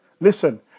Listen